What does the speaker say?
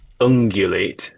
ungulate